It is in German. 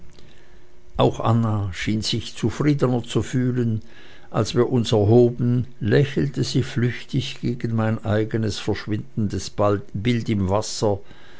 auch anna schien sich zufriedener zu fühlen als wir uns erhoben lächelte sie flüchtig gegen mein eigenes verschwindendes bild im wasser